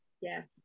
Yes